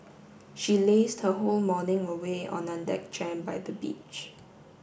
she lazed her whole morning away on a deck chair by the beach